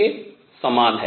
के समान है